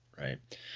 Right